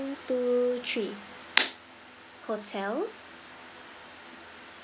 two three hotel